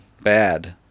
bad